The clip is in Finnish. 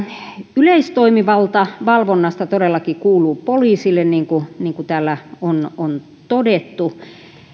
yleistoimivalta valvonnasta todellakin kuuluu poliisille niin kuin niin kuin tällä on todettu